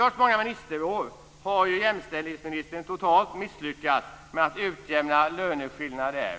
Trots många ministerår har ju jämställdhetsministern totalt misslyckats med att utjämna löneskillnaderna där.